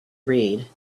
read